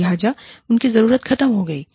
लिहाजा उनकी जरूरत खत्म हो गई है